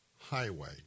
Highway